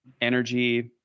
energy